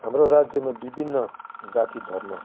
हाम्रो राज्यमा विभिन्न जाति धर्म